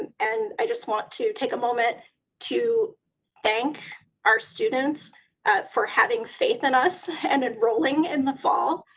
and and i just want to take a moment to thank our students for having faith in us and enrolling in the fall.